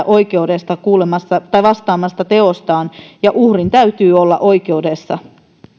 oikeudesta vastaamasta teostaan ja uhrin täytyy olla oikeudessa